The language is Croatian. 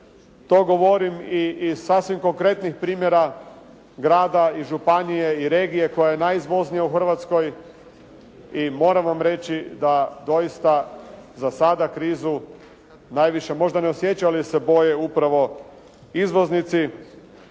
To govorim i iz sasvim konkretnih primjera grada i županije i regije koja je najizvoznija u Hrvatskoj i moram vam reći da doista za sada krizu najviše možda ne osjećaju, ali se je boje upravo izvoznici,